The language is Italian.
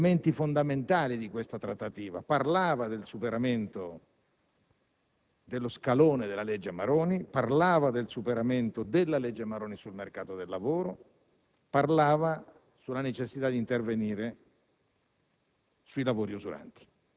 gli elementi fondamentali della trattativa (parlava del superamento dello scalone della legge Maroni, del superamento della legge Maroni sul mercato del lavoro, della necessità di intervenire